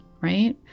right